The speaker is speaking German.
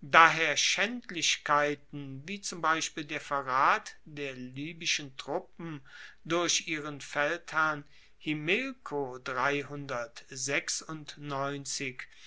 daher schaendlichkeiten wie zum beispiel der verrat der libyschen truppen durch ihren feldherrn himilko